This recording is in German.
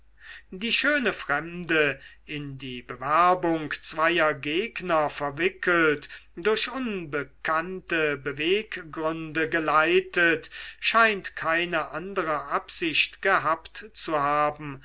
die schöne fremde in die bewerbung zweier gegner verwickelt durch unbekannte beweggründe geleitet scheint keine andere absicht gehabt zu haben